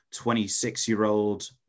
26-year-old